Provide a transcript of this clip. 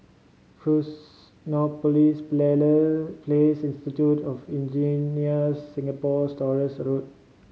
Fusionopolis Place Institute of Engineers Singapore Stores Road